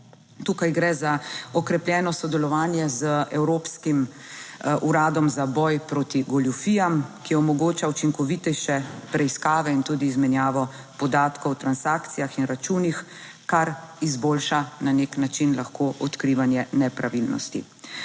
Tukaj gre za okrepljeno sodelovanje z evropskim Uradom za boj proti goljufijam, ki omogoča učinkovitejše preiskave in tudi izmenjavo podatkov o transakcijah in računih, kar izboljša na nek način lahko odkrivanje nepravilnosti.